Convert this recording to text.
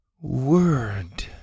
word